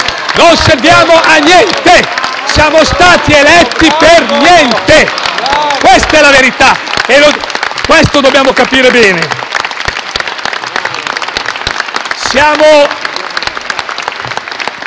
non serviamo a niente e siamo stati eletti per niente: questa è la verità e dobbiamo capirlo bene.